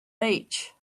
beach